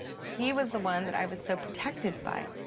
he was the one that i was so protected by.